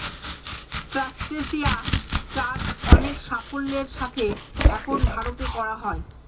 ট্রাস্টেসিয়া চাষ অনেক সাফল্যের সাথে এখন ভারতে করা হয়